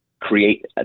create